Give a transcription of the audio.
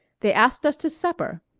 they asked us to supper.